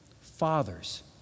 fathers